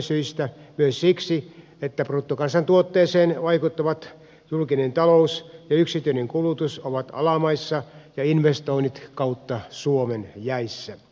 syistä myös siksi että bruttokansantuotteeseen vaikuttavat julkinen talous ja yksityinen kulutus ovat alamaissa ja investoinnit kautta suomen jäissä